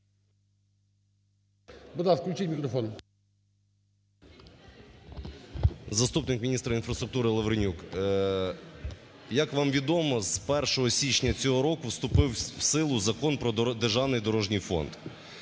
Заступник міністра інфраструктури Лавренюк. Як вам відомо, з 1 січня цього року вступив в силу Закон про Державний дорожній фонд.